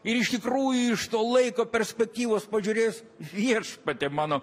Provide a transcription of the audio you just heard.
ir iš tikrųjų iš to laiko perspektyvos pažiūrėjus viešpatie mano